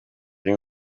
iyi